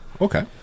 Okay